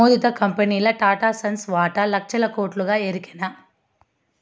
నమోదిత కంపెనీల్ల టాటాసన్స్ వాటా లచ్చల కోట్లుగా ఎరికనా